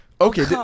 okay